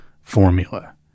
formula